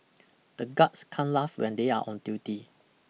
the guards can't laugh when they are on duty